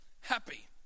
happy